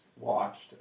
watched